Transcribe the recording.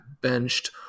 benched